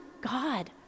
God